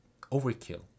overkill